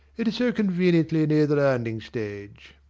it is so conveniently near the landing-stage.